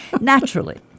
Naturally